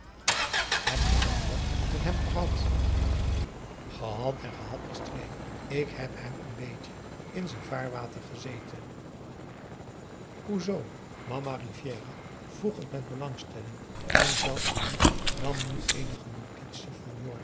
heb je dan wat met hem gehad gehad en gehad is twee ik heb hem n beetje in z'n vaarwater gezeten hoezoo mama rivière vroeg het met belangstelling en zelfs p a daum hoe hij raad van indië werd onder ps maurits julie nam nu eenige notitie van